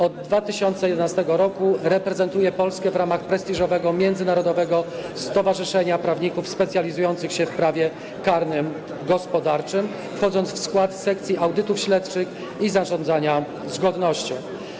Od 2011 r. reprezentuje Polskę w ramach prestiżowego międzynarodowego stowarzyszenia prawników specjalizujących się w prawie karnym gospodarczym, wchodząc w skład sekcji audytów śledczych i zarządzania zgodnością.